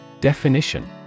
DEFINITION